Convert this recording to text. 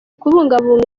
kubungabunga